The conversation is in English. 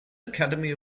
academy